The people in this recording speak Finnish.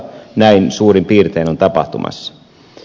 näin suurin piirtein on tapahtumassa